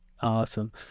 Awesome